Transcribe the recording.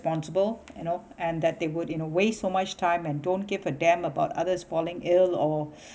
irresponsible you know and that they would you know waste so much time and don't give a damn about others falling ill or